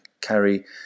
carry